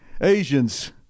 asians